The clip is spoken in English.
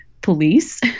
police